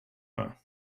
her